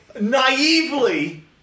naively